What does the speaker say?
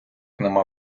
нема